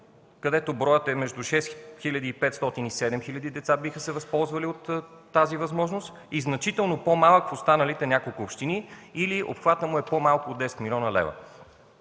където броят е между 6500 7000 деца, които биха се възползвали от тази възможност, и значително по-малък брой от останалите няколко общини, или обхватът му е по-малко от 10 млн. лв.